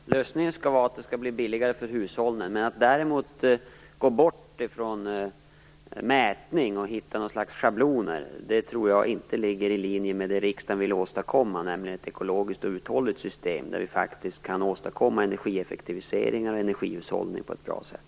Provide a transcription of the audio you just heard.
Herr talman! Lösningen skall vara att det skall bli billigare för hushållen. Att däremot gå ifrån mätning och hitta något slags schabloner tror jag inte ligger i linje med det riksdagen vill åstadkomma, nämligen ett ekologiskt uthålligt system, där vi faktiskt kan åstadkomma energieffektivisering och energihushållning på ett bra sätt.